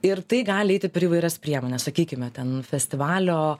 ir tai gali eiti per įvairias priemones sakykime ten festivalio